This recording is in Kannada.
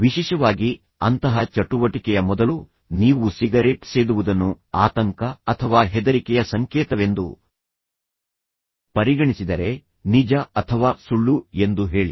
ವಿಶೇಷವಾಗಿ ಅಂತಹ ಚಟುವಟಿಕೆಯ ಮೊದಲು ನೀವು ಸಿಗರೇಟ್ ಸೇದುವುದನ್ನು ಆತಂಕ ಅಥವಾ ಹೆದರಿಕೆಯ ಸಂಕೇತವೆಂದು ಪರಿಗಣಿಸಿದರೆ ನಿಜ ಅಥವಾ ಸುಳ್ಳು ಎಂದು ಹೇಳಿ